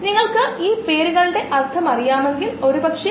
xx0 at t0 ഇതിനെ logistic സമവാക്യം എന്ന് വിളിക്കുന്നു അത് ചില സാഹചര്യങ്ങളിൽ